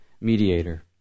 mediator